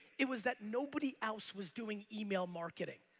it was that nobody else was doing email marketing.